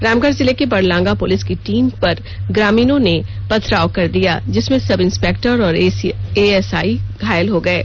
रामगढ़ जिले के बरलांगा पुलिस की टीम पर ग्रामीणों ने पथराव कर दिया जिसमें सब इंस्पेक्टर और एएसआई घायल हो गये